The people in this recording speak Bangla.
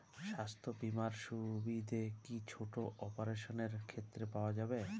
স্বাস্থ্য বীমার সুবিধে কি ছোট অপারেশনের ক্ষেত্রে পাওয়া যাবে?